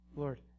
Lord